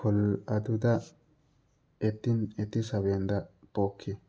ꯈꯨꯜ ꯑꯗꯨꯗ ꯑꯩꯠꯇꯤꯟ ꯑꯩꯠꯇꯤ ꯁꯕꯦꯟꯗ ꯄꯣꯛꯈꯤ